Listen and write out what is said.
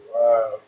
Wow